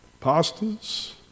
pastors